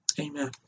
amen